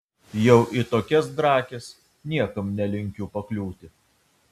jau į tokias drakes niekam nelinkiu pakliūti